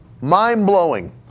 mind-blowing